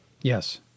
Yes